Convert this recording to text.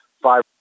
five